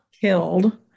Killed